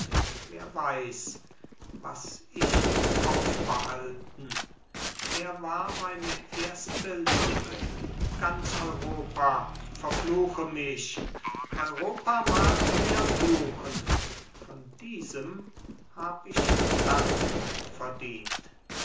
wer weiß was ich ihm aufbehalten er war meine erste liebe ganz europa verfluche mich europa mag mir fluchen von diesem hab ich dank verdient